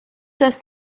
dass